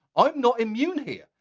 i'm not immune here!